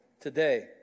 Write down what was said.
today